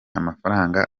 amafaranga